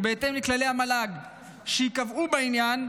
ובהתאם לכללי המל"ג שייקבעו בעניין,